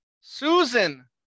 susan